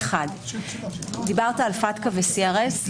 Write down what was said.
דיברת על פטקא ו-CRS.